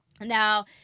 Now